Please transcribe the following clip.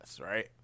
right